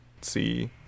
See